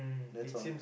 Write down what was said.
that's all